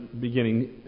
beginning